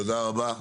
תודה רבה.